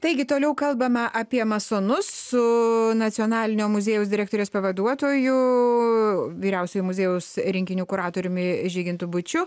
taigi toliau kalbame apie masonus su nacionalinio muziejaus direktoriaus pavaduotoju vyriausiuoju muziejaus rinkinių kuratoriumi žygintu būčiu